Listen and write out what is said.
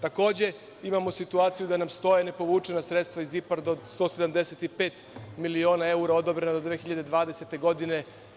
Takođe, imamo situaciju da nam stoje nepovučena sredstva iz IPAR fondova od 185 miliona eura odobrena do 2020. godine.